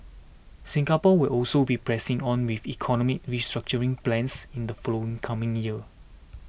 Singapore will also be pressing on with economic restructuring plans in the from coming year